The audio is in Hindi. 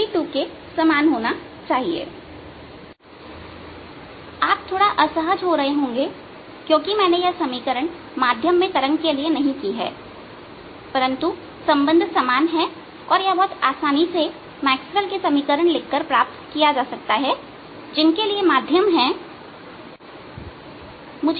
BI BR BTEIv1 ERv1 ETv2 आप थोड़ा असहज हो रहे होंगे क्योंकि मैंने यह समीकरण माध्यम में तरंग के लिए नहीं की है परंतु संबंध समान है और यह बहुत आसानी से मैक्सवेल के समीकरण लिख कर प्राप्त किया जा सकता है जिनके लिए माध्यम है